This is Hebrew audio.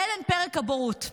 להלן פרק הבורות.